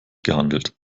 gehandelt